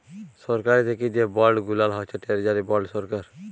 সরকারি থ্যাকে যে বল্ড গুলান হছে টেরজারি বল্ড সরকার